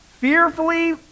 fearfully